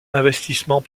investissement